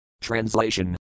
Translation